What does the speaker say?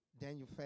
Daniel